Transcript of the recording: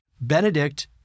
Benedict